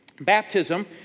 Baptism